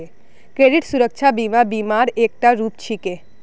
credit सुरक्षा बीमा बीमा र एकता रूप छिके